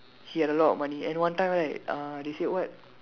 he had a lot of money and one time right uh they said what